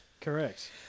Correct